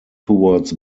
towards